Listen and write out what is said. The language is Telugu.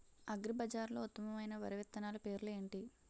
అగ్రిబజార్లో ఉత్తమమైన వరి విత్తనాలు పేర్లు ఏంటి?